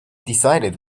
decided